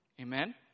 Amen